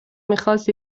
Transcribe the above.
میخواست